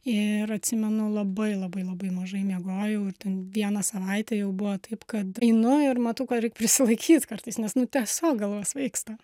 ir atsimenu labai labai labai mažai miegojau ir ten vieną savaitę jau buvo taip kad einu ir matau kad reikia prisilaikyt kartais nes nu tiesiog galva svaigsta